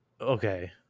Okay